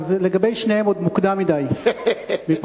אז לגבי שניהם עוד מוקדם מדי מבחינתי.